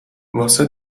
واسه